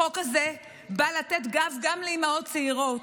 החוק הזה בא לתת גב גם לאימהות צעירות,